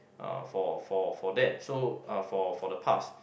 uh for for for that so uh for for the pass